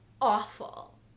awful